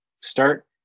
start